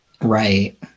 Right